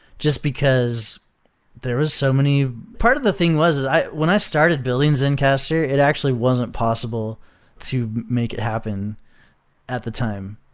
just because there is so many part of the thing was is when i started building zencastr, it actually wasn't possible to make it happen at the time.